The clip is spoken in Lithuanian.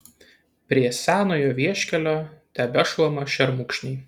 prie senojo vieškelio tebešlama šermukšniai